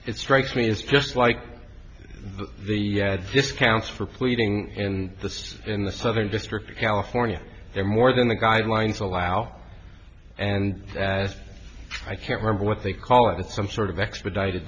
it strikes me as just like the discounts for pleading and the in the southern district of california there more than the guidelines allow and i can't remember what they call it some sort of expedited